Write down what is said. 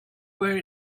where